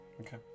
Okay